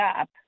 up